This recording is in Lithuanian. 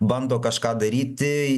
bando kažką daryti